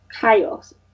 chaos